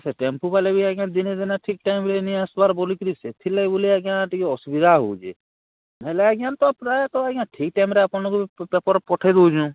ସେ ଟେମ୍ପୁ ବାଲେ ବି ଆଜ୍ଞା ଦିନେ ଦିନେ ଠିକ୍ ଟାଇମ୍ରେ ନି ଆସ୍ବାର୍ ବୋଲିକିରି ସେଥିର୍ଲାଗି ବୋଲି ଆଜ୍ଞା ଟିକେ ଅସୁବିଧା ହେଉଛେ ନି ହେଲେ ଆଜ୍ଞା ପ୍ରାୟେ ତ ଆଜ୍ଞା ଠିକ୍ ଟାଇମ୍ରେ ଆପଣଙ୍କୁ ବି ପେପର୍ ପଠେଇ ଦେଉଛୁଁ